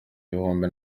ibihumbi